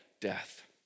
death